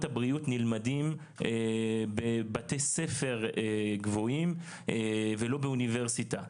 הבריאות נלמדים בבתי ספר גבוהים ולא באוניברסיטה,